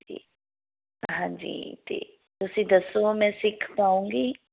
ਅਤੇ ਹਾਂਜੀ ਅਤੇ ਤੁਸੀਂ ਦੱਸੋ ਮੈਂ ਸਿੱਖ ਪਾਊਂਗੀ